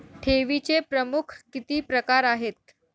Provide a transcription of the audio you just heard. ठेवीचे प्रमुख किती प्रकार आहेत?